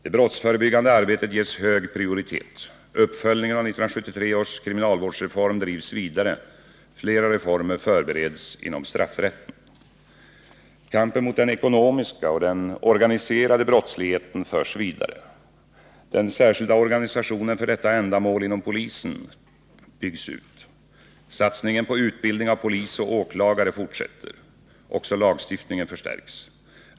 Det brottsförebyggande arbetet ges hög prioritet. Uppföljningen av 1973 års kriminalvårdsreform drivs vidare. Flera reformer förbereds inom straffrätten. Kampen mot den ekonomiska och den organiserade brottsligheten förs vidare. Den särskilda organisationen för detta ändamål inom polisen byggs ut. Satsningen på utbildning av polis och åklagare fortsätter. Också lagstiftningen förstärks.